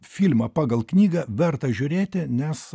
filmą pagal knygą verta žiūrėti nes